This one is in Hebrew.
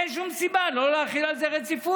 אין שום סיבה לא להחיל על זה רציפות.